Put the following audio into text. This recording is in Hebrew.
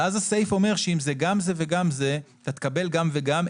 ואז הסעיף אומר שאם זה גם וגם זה אתה תקבל גם וגם,